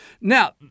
Now